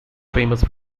famous